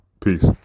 Peace